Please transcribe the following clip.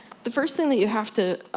the first thing that you have to,